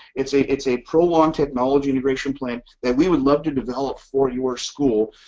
it's a it's a prolonged technology integration plan that we would love to develop for your school,